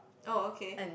oh okay